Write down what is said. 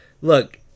look